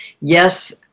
yes